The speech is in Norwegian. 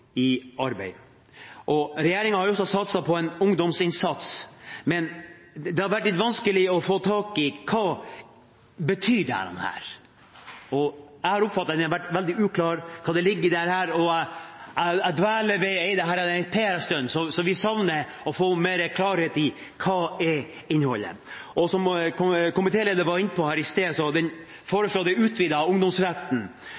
i arbeid. Regjeringen har jo også satset på en ungdomsinnsats, men det har vært litt vanskelig å få tak i hva dette betyr. Jeg har oppfattet at det har vært veldig uklart hva som ligger i dette, så vi savner å få mer klarhet i hva som er innholdet. Som komitélederen var inne på her i sted, er det foreslått en utvidet ungdomsrett til utdanning utover fylte 25 år. Når jeg ikke er